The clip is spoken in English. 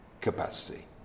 capacity